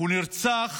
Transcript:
הוא נרצח